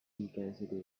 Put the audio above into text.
intensity